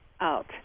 out